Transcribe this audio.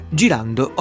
girando